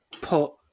put